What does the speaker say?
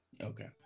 Okay